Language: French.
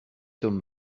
homme